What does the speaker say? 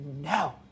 No